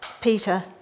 Peter